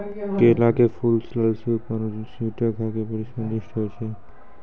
केला के फूल, सलाद, सूप आरु स्ट्यू खाए मे बड़ी स्वादिष्ट होय छै